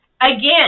Again